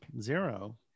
Zero